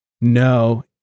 No